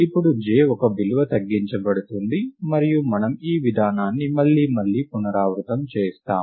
ఇప్పుడు j ఒక విలువ తగ్గించబడుతుంది మరియు మనము ఈ విధానాన్ని మళ్లీ మళ్లీ పునరావృతం చేస్తాము